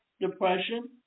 depression